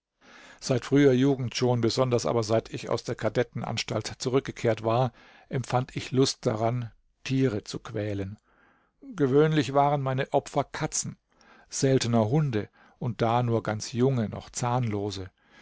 seit früher jugend schon besonders aber seit ich aus der kadettenanstalt zurückgekehrt war empfand ich lust daran tiere zu quälen gewöhnlich waren meine opfer katzen seltener hunde und da nur ganz junge noch zahnlose